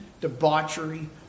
debauchery